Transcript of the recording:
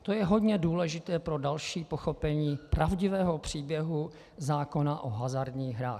To je hodně důležité pro další pochopení pravdivého příběhu zákona o hazardních hrách.